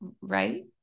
right